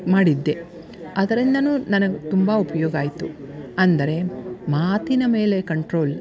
ಮಾಡಿದ್ದೆ ಅದ್ರಿಂದಲೂ ನನಗೆ ತುಂಬ ಉಪ್ಯೋಗ ಆಯಿತು ಅಂದರೆ ಮಾತಿನ ಮೇಲೆ ಕಂಟ್ರೋಲ್